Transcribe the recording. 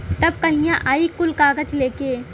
तब कहिया आई कुल कागज़ लेके?